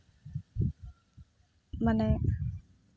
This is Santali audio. ᱢᱟᱱᱮ